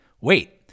Wait